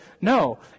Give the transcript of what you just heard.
no